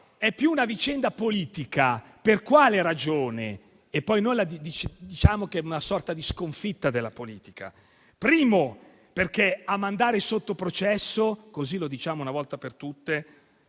è più una vicenda politica. Per quale ragione? E poi noi diciamo che è una sorta di sconfitta della politica. In primo luogo, lo è perché a mandare sotto processo - così lo diciamo una volta per tutte